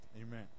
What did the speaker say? amen